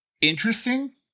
interesting